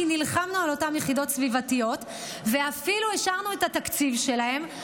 כי נלחמנו על אותן יחידות סביבתיות ואפילו השארנו את התקציב שלהן,